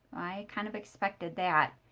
i kind of expected that.